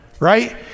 right